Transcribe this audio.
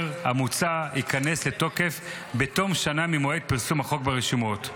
המוצע ייכנס לתוקף בתום שנה ממועד פרסום החוק ברשומות.